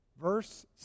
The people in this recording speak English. verse